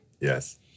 Yes